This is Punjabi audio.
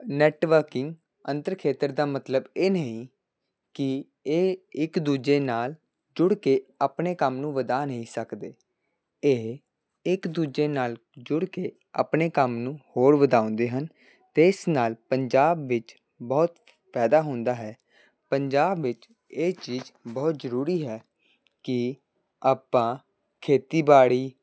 ਨੈਟਵਰਕਿੰਗ ਅੰਤਰ ਖੇਤਰ ਦਾ ਮਤਲਬ ਇਹ ਨਹੀਂ ਕਿ ਇਹ ਇੱਕ ਦੂਜੇ ਨਾਲ ਜੁੜ ਕੇ ਆਪਣੇ ਕੰਮ ਨੂੰ ਵਧਾ ਨਹੀਂ ਸਕਦੇ ਇਹ ਇੱਕ ਦੂਜੇ ਨਾਲ ਜੁੜ ਕੇ ਆਪਣੇ ਕੰਮ ਨੂੰ ਹੋਰ ਵਧਾਉਂਦੇ ਹਨ ਅਤੇ ਇਸ ਨਾਲ ਪੰਜਾਬ ਵਿੱਚ ਬਹੁਤ ਫਾਇਦਾ ਹੁੰਦਾ ਹੈ ਪੰਜਾਬ ਵਿੱਚ ਇਹ ਚੀਜ਼ ਬਹੁਤ ਜ਼ਰੂਰੀ ਹੈ ਕਿ ਆਪਾਂ ਖੇਤੀਬਾੜੀ